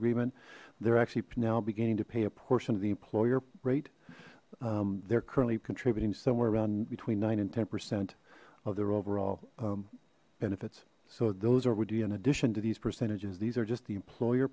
agreement they're actually now beginning to pay a portion of the employer rate they're currently contributing somewhere around between nine and ten percent of their overall benefits so those are would be in addition to these percentages these are just the employer